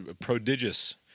prodigious